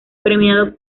premiado